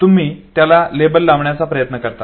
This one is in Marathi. तुम्ही त्याला लेबल लावण्याचा प्रयत्न करता